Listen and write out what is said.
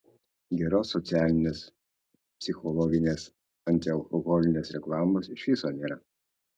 geros socialinės psichologinės antialkoholinės reklamos iš viso nėra